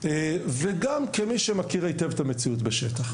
וגם כמי שמכיר היטב את המציאות בשטח.